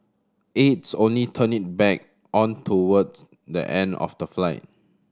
aides only turned it back on towards the end of the flight